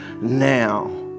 now